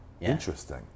interesting